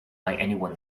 anyone